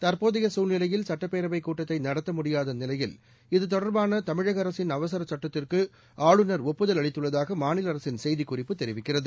தற்போதைய சூழ்நிலையில் சட்டப்பேரவை கூட்டத்தை நடத்த முடியாத நிலையில் இது தொடர்பாள தமிக அரசின் அவசரச் சட்டத்திற்கு ஆளுநர் ஒப்புதல் அளித்துள்ளதாக மாநில அரசின் செய்திக் குறிப்பு தெரிவிக்கிறது